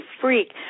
freak